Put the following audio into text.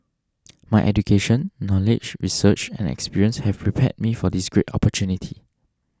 my education knowledge research and experience have prepared me for this great opportunity